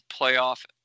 playoff